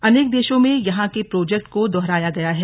अनेक देशों में यहां के प्रोजेक्ट को दोहराया गया है